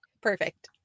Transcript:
Perfect